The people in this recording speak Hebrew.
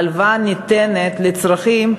ההלוואה ניתנת לצרכים,